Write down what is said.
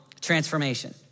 transformation